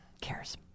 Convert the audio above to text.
cares